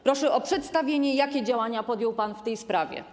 Proszę o przedstawienie, jakie działania podjął pan w tej sprawie.